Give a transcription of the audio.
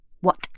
What